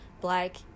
Black